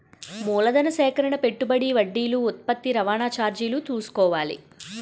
మూలధన సేకరణ పెట్టుబడి వడ్డీలు ఉత్పత్తి రవాణా చార్జీలు చూసుకోవాలి